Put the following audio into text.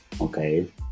okay